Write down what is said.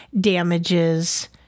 damages